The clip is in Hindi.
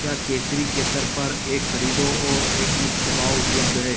क्या केसरी केसर पर एक खरीदो और एक मुफ़्त पाओ उपलब्ध है